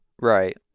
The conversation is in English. Right